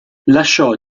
lasciò